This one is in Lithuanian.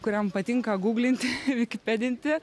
kuriam patinka guglinti vikipedinti